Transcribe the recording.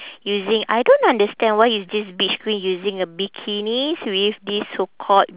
using I don't understand why is this beach queen using a bikinis with this so called